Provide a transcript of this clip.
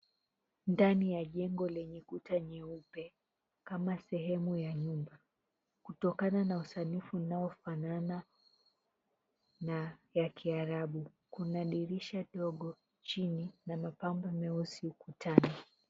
Ndani ya jengo, lenye kuta nyeupe, kama sehemu ya nyumba. Kutokana na usanifu unaofanana na ya Kiarabu, kuna dirisha dogo chini, na mapambo meusi ukutani.